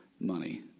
money